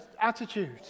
attitude